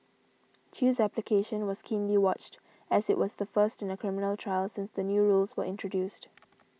Chew's application was keenly watched as it was the first in a criminal trial since the new rules were introduced